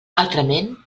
altrament